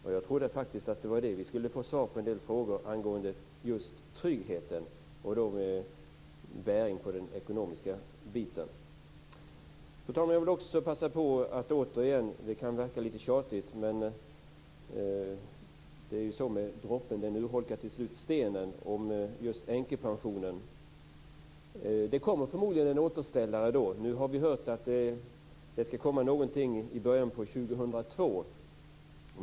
Och jag trodde faktiskt att vi skulle få svar på en del frågor angående just tryggheten, och då med bäring på den ekonomiska delen. Fru talman! Jag vill också passa på att återigen - det kan verka lite tjatigt, men droppen urholkar ju till slut stenen - ta upp änkepensionen. Det kommer förmodligen en återställare. Nu har vi hört att det ska komma någonting i början av 2002.